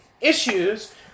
issues